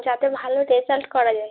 যাতে ভালো রেজাল্ট করা যায়